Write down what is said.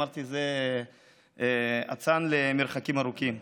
אמרתי: זה אצן למרחקים ארוכים.